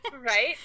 right